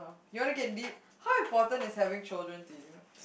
you wana deep how important is having children to you